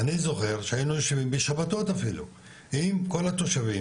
אני זוכר שהיינו יושבים בשבתות אפילו עם כל התושבים,